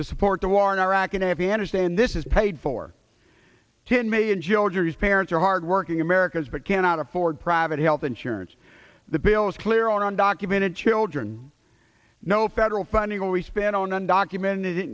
to support the war in iraq and afghanistan this is paid for ten million georgie's parents are hard working americans but cannot afford private health insurance the bill is clear on documented children no federal funding we spend on undocumented